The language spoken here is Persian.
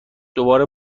دروازه